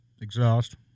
Exhaust